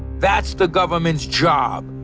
that's the government's job,